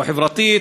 לא חברתית,